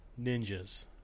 ninjas